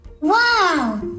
Wow